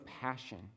passion